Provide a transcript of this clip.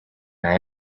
night